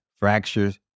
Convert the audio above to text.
fractures